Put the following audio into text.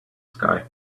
sky